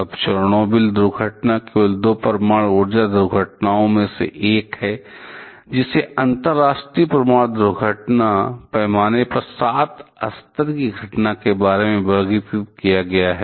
अब चेरनोबिल दुर्घटना केवल दो परमाणु ऊर्जा दुर्घटनाओं में से एक है जिसे अंतर्राष्ट्रीय परमाणु घटना पैमाने पर 7 स्तर की घटना के रूप में वर्गीकृत किया गया है